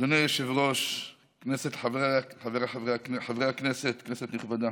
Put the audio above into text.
אדוני היושב-ראש, חבריי חברי הכנסת, כנסת נכבדה,